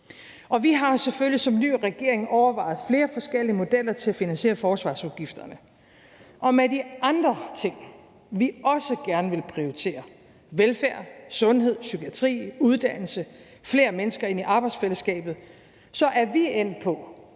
Vi har selvfølgelig som ny regering overvejet flere forskellige modeller til at finansiere forsvarsudgifterne, og med de andre ting, vi også gerne vil prioritere, velfærd, sundhed, psykiatri, uddannelse, flere mennesker ind i arbejdsfællesskabet, er vi endt på,